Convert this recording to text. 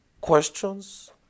Questions